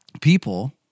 people